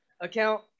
account